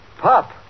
Pop